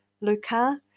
Luca